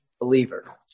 believer